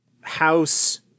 House